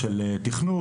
של תכנות,